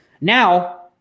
Now